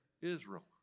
Israel